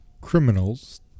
criminals